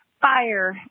fire